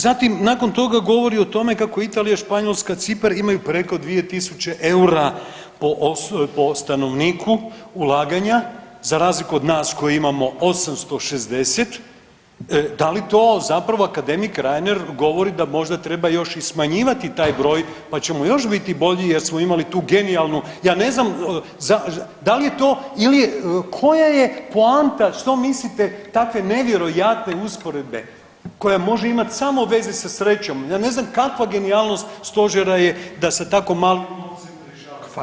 Zatim nakon toga govori o tome kako Italija, Španjolska, Cipar imaju preko 2.000 EUR-a po stanovniku ulaganja za razliku od nas koji imamo 860, da li to zapravo akademik Reiner da možda treba još i smanjivati taj broj, pa ćemo još biti bolji jer smo imali tu genijalnu, ja ne znam da li je to ili koja je poanta što mislite takve nevjerojatne usporedbe koja može imat veze samo sa srećom, ja ne znam kakva genijalnost stožera je da sa tako malim novcem rješava…